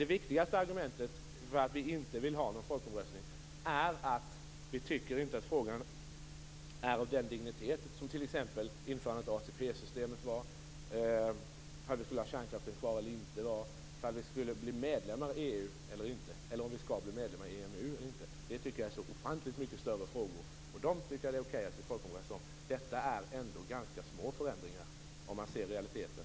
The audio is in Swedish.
Det viktigaste argumentet för varför vi inte vill ha någon folkomröstning är att vi inte tycker att frågan är av den dignitet som t.ex. införandet av ATP-systemet, om vi skulle ha kärnkraften kvar eller inte, om vi skulle bli medlemmar av EU eller inte, eller om vi skall bli medlemmar av EMU eller inte. Det tycker jag är så ofantligt mycket större frågor. De tycker jag det är okej att vi folkomröstar om. Detta är ändå ganska små förändringar, om man ser till realiteten.